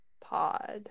Pod